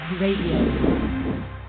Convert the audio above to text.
Radio